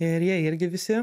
ir jie irgi visi